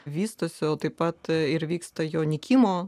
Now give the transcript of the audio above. vystosi o taip pat ir vyksta jo nykimo